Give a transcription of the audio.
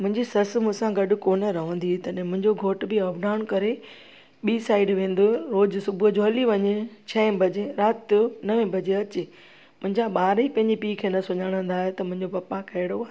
मुंजी ससु मूंसां गॾु कोन रहंदी तॾहिं मुंहिंजो घोट बि अप डाउ न करे ॿी साइड वेंदो जो सुबुह जो हली वञे छह बजे राति यो नवे बजे अचे मुंहिंजा ॿार ई पंहिंजे पीउ खे सुञाणंदा त मुंजो पपा कहिड़ो